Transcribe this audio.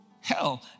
hell